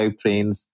trains